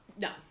No